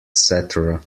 cetera